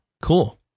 cool